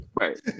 Right